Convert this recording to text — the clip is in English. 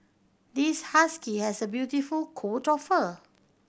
this husky has a beautiful coat of fur